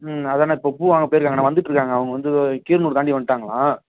ம் அதான்ண்ண இப்போ பூ வாங்க போயிருக்கங்கண்ணா வந்துட்டுருக்காங்க அவங்க வந்து கீரனூர் தாண்டி வந்துவிட்டாங்களாம்